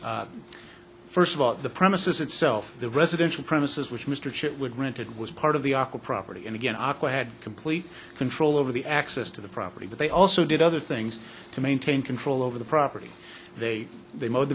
taken first of all at the premises itself the residential premises which mr chip would rented was part of the article property and again aqua had complete control over the access to the property but they also did other things to maintain control over the property they they mowed the